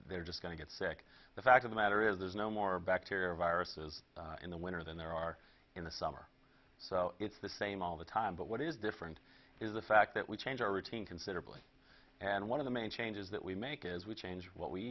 they're just going to get sick the fact of the matter is there's no more bacteria or viruses in the winter than there are in the summer so it's the same all the time but what is different is the fact that we change our routine considerably and one of the main changes that we make is we change what we